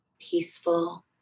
peaceful